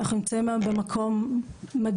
אנחנו נמצאים היום במקום מדהים.